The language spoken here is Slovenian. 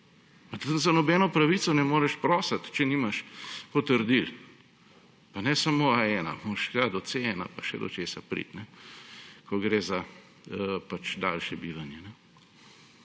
tam za nobeno pravico ne moreš prositi, če nimaš potrdil, pa ne samo A1, moraš tja do C1, pa še do česa priti, ko gre za pač daljše bivanje.